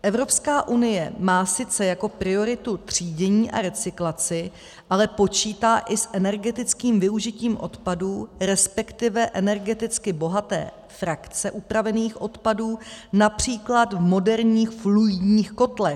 Evropská unie má sice jako prioritu třídění a recyklaci, ale počítá i s energetickým využitím odpadů, respektive energeticky bohaté frakce upravených odpadů, například v moderních fluidních kotlech.